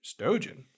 Stojan